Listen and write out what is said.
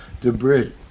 debris